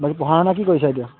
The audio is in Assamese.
বাকী পঢ়া শুনা কি কৰিছা এতিয়া